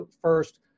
first